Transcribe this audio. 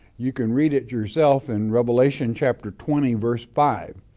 you can read it yourself in revelation chapter twenty, verse five,